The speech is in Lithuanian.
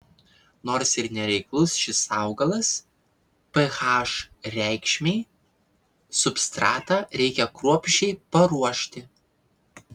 nors ir nereiklus šis augalas ph reikšmei substratą reikia kruopščiai paruošti